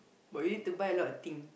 but you need to buy a lot of thing